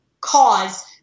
cause